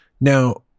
Now